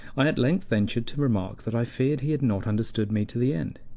i at length ventured to remark that i feared he had not understood me to the end.